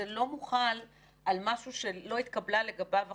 זה לא מוחל על משהו שלא התקבלה לגביו החלטה.